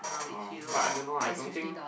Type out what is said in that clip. oh but I don't know I don't think